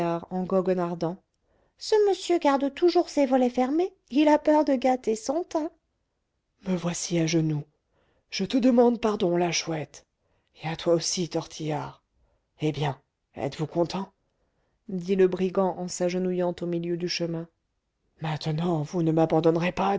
goguenardant ce monsieur garde toujours ses volets fermés il a peur de gâter son teint me voici à genoux je te demande pardon la chouette et à toi aussi tortillard eh bien êtes-vous contents dit le brigand en s'agenouillant au milieu du chemin maintenant vous ne m'abandonnerez pas